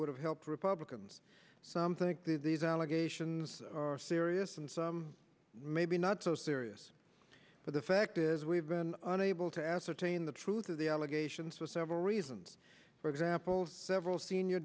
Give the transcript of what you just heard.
would have helped republicans some think the these allegations are serious and maybe not so serious but the fact is we've been unable to ascertain the truth of the allegations for several reasons for example several senior